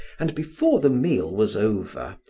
and before the meal was over,